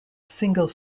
single